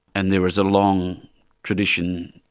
and there is a long tradition,